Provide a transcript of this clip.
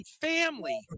family